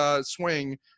swing